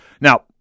Now